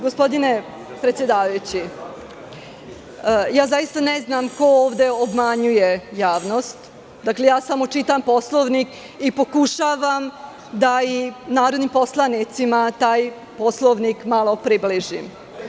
Gospodine predsedavajući, zaista ne znam ko ovde obmanjuje javnost, dakle, samo čitam Poslovnik i pokušavam da i narodnim poslanicima taj Poslovnik malo približim.